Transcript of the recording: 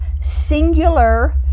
singular